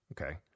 Okay